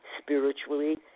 spiritually